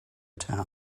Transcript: town